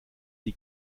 die